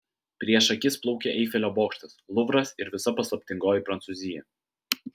prieš akis plaukė eifelio bokštas luvras ir visa paslaptingoji prancūzija